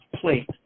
plate